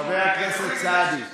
חבר הכנסת סעדי.